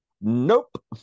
Nope